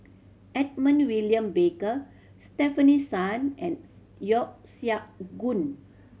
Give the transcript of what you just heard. Edmund William Barker Stefanie Sun ands Yeo Siak Goon